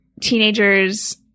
teenagers